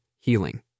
healing